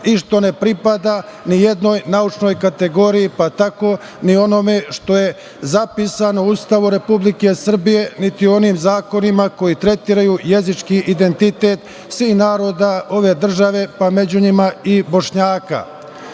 i što ne pripada nijednoj naučnoj kategoriji, pa tako ni onome što je zapisano u Ustavu Republike Srbije, niti u onim zakonima koji tretiraju jezički identitet svih naroda ove države, pa među njima i Bošnjaka. Dakle,